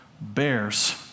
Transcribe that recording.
bears